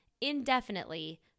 indefinitely